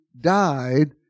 died